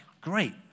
great